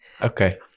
Okay